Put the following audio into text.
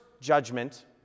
judgment